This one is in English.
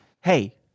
Hey